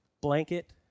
blanket